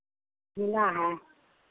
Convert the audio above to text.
मिला है